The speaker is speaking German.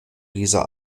dieser